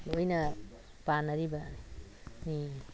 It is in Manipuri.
ꯂꯣꯏꯅ ꯄꯥꯅꯔꯤꯕꯅꯤ